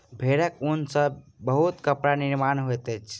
भेड़क ऊन सॅ बहुत कपड़ा निर्माण होइत अछि